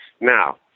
Now